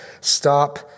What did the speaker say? Stop